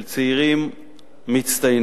של צעירים מצטיינים.